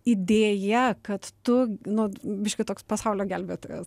idėja kad tu nu biškį toks pasaulio gelbėtojas